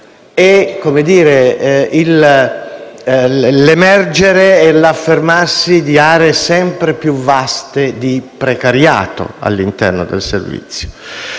*turnover*, nell'emergere e nell'affermarsi di aree sempre più vaste di precariato all'interno del Servizio